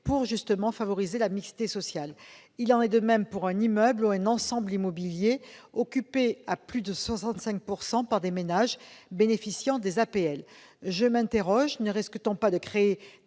pour favoriser la mixité sociale. Il en est de même pour un immeuble ou un ensemble immobilier occupé à plus de 65 % par des ménages bénéficiant des APL. Je m'interroge : ne risque-t-on pas de créer des